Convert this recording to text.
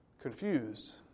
confused